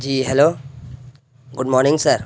G hello good morning sir